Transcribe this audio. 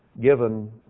given